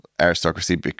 aristocracy